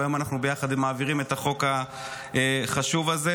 והיום אנחנו ביחד מעבירים את החוק החשוב הזה,